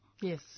Yes